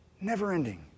never-ending